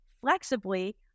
flexibly